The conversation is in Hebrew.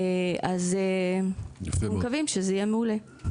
אז אנחנו מקווים שזה יהיה מעולה.